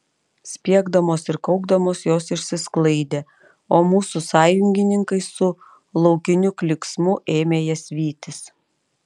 spiegdamos ir kaukdamos jos išsisklaidė o mūsų sąjungininkai su laukiniu klyksmu ėmė jas vytis